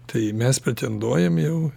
tai mes pretenduojam jau